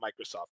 Microsoft